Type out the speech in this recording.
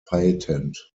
patent